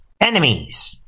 enemies